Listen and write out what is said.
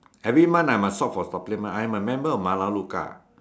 every month I must shop for supplement I'm a member of malaluka